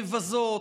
מבזות,